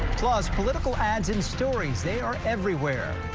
plus political ads and stories, they are everywhere.